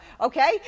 okay